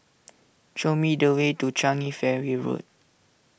show me the way to Changi Ferry Road